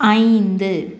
ஐந்து